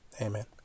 Amen